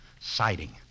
siding